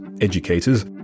educators